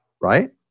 Right